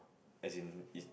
as in is